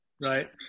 Right